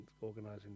organising